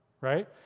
right